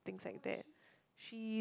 or things like that she's